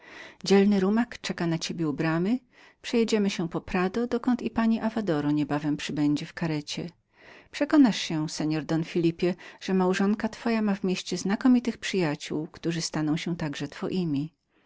dzielny rumak czeka na ciebie u bramy przejedziemy się po prado dokąd i pani avadoro niebawem przybędzie w karecie przekonasz się seor don phelipe że małżonka twoja ma w mieście znakomitych przyjacioł którzy także będą twoimi